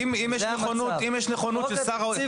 אם יש נכונות של --- חוק התקציב